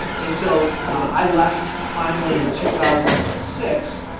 and so, i left finally in two thousand and six,